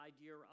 idea